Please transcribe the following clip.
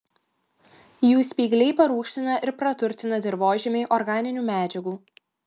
jų spygliai parūgština ir praturtina dirvožemį organinių medžiagų